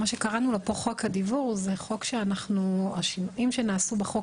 שקראנו לו פה "חוק הדיוור" השינויים שנעשו בחוק